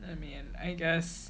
I mean I guess